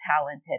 talented